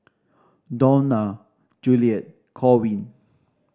Dawna Juliet Corwin